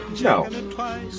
no